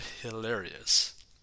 hilarious